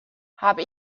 habe